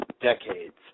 decades